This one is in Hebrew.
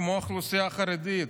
כמו האוכלוסייה החרדית,